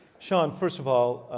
sean, first of all,